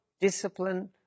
discipline